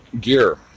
gear